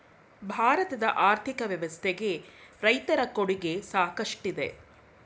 ಭಾರತದ ಆರ್ಥಿಕ ವ್ಯವಸ್ಥೆಗೆ ರೈತರ ಕೊಡುಗೆ ಸಾಕಷ್ಟಿದೆ